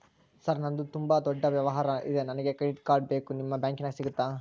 Sir ನಂದು ತುಂಬಾ ದೊಡ್ಡ ವ್ಯವಹಾರ ಇದೆ ನನಗೆ ಕ್ರೆಡಿಟ್ ಕಾರ್ಡ್ ಬೇಕು ನಿಮ್ಮ ಬ್ಯಾಂಕಿನ್ಯಾಗ ಸಿಗುತ್ತಾ?